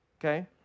okay